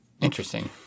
Interesting